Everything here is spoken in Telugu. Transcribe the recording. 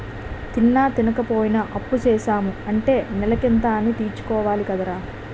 తిన్నా, తినపోయినా అప్పుసేసాము అంటే నెలకింత అనీ తీర్చుకోవాలి కదరా